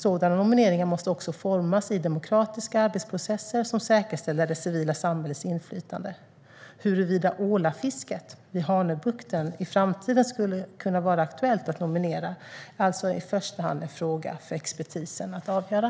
Sådana nomineringar måste också formas i demokratiska arbetsprocesser som säkerställer det civila samhällets inflytande. Huruvida ålafisket vid Hanöbukten i framtiden skulle kunna vara aktuellt att nominera är alltså i första hand en fråga för expertisen att avgöra.